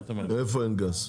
איפה אין גז?